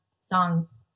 songs